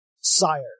sire